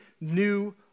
new